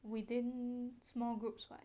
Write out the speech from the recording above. within small group [what]